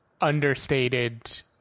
understated